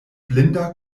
blinda